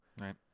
Right